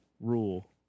rule